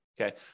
okay